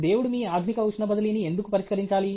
దేవుడు మీ ఆధునిక ఉష్ణ బదిలీని ఎందుకు పరిష్కరించాలి